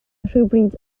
rhywbryd